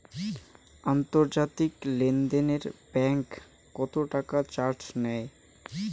আন্তর্জাতিক লেনদেনে ব্যাংক কত টাকা চার্জ নেয়?